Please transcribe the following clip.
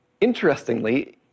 Interestingly